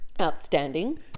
Outstanding